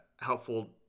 helpful